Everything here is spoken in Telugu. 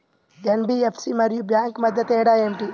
ఎన్.బీ.ఎఫ్.సి మరియు బ్యాంక్ మధ్య తేడా ఏమిటీ?